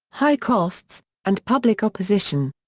high costs, and public opposition.